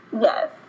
Yes